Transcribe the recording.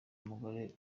umugore